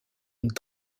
une